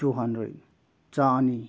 two hundred ꯆꯅꯤ